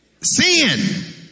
sin